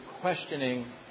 questioning